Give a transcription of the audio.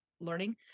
learning